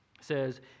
says